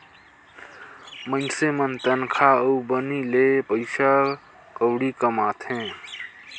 मइनसे मन तनखा अउ बनी ले पइसा कउड़ी कमाथें